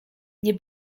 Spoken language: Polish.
nie